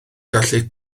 gallu